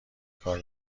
کار